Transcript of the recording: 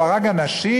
הוא הרג אנשים?